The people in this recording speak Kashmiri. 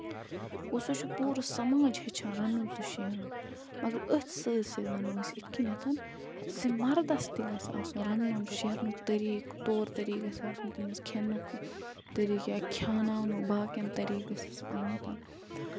گوٚو سُہ چھُ پوٗرٕ سَماج ہٮ۪چھان رَنُن تہٕ شیرُن مَگر أتھۍ سۭتۍ سۭتۍ وَنو أسۍ اِتھ کَنیتھ زِ مَردَس تہِ گژھِ آسُن رَنُنُک شیرنُک طریٖقہٕ طور طریٖقہٕ گژھِ آسُن تٔمِس کھٮ۪نُک طریٖقہٕ یا کھٮ۪اناونُک باقین طریٖقہٕ گژھیس آمُت